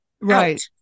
Right